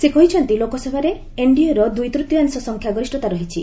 ସେ କହିଛନ୍ତି ଲୋକସଭାରେ ଏନ୍ଡିଏ ର ଦୁଇ ତୂତୀୟାଂଶ ସଂଖ୍ୟାଗରିଷ୍ଠତା ରହିଛି